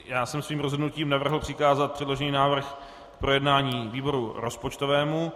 Já jsem svým rozhodnutím navrhl přikázat předložený návrh k projednání výboru rozpočtovému.